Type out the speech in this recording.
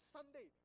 Sunday